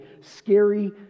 scary